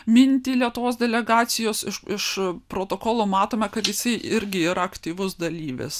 mintį lietuvos delegacijos iš iš protokolų matome kad jis irgi yra aktyvus dalyvis